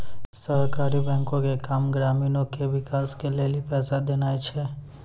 सहकारी बैंको के काम ग्रामीणो के विकास के लेली पैसा देनाय छै